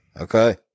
okay